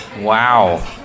Wow